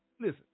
listen